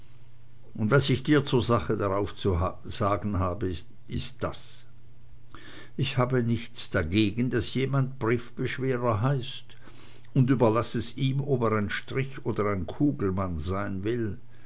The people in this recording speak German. und was ich dir zur sache darauf zu sagen habe das ist das ich habe nichts dagegen daß jemand briefbeschwerer heißt und überlaß es ihm ob er ein strich oder ein kugelmann sein will